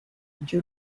due